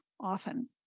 often